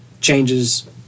changes